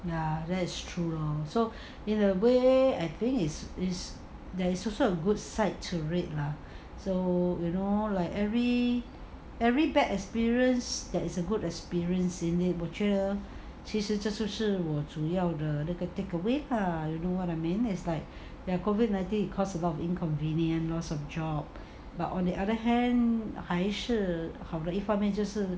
ya that's true lor so in a way I think is is there is also a good side to it lah so you know like every every bad experience there is a good experience in it 我觉得其实这是我主要的这个 takeaway lah you know what I mean is like COVID nineteen caused a lot of inconvenience loss of job but on the other hand 还是好的一方面就是